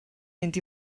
mynd